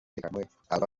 z’umutekano